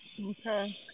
Okay